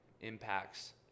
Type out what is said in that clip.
impacts